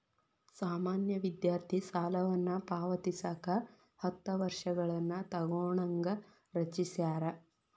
ಸಾಮಾನ್ಯ ವಿದ್ಯಾರ್ಥಿ ಸಾಲವನ್ನ ಪಾವತಿಸಕ ಹತ್ತ ವರ್ಷಗಳನ್ನ ತೊಗೋಣಂಗ ರಚಿಸ್ಯಾರ